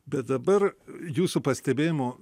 bet dabar jūsų pastebėjimu